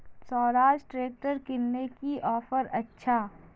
Swaraj tractor किनले की offer अच्छा?